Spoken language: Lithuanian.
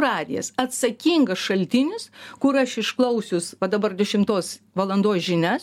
radijas atsakingas šaltinis kur aš išklausius va dabar dešimtos valandos žinias